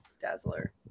Dazzler